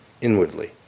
Inwardly